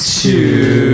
two